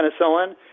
penicillin